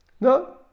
no